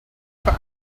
for